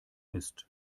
ist